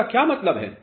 इसका क्या मतलब है